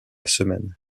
semaine